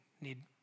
need